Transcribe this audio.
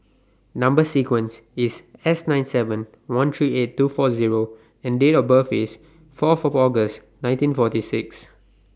Number sequence IS S nine seven one three eight two four Zero and Date of birth IS Fourth August nineteen forty six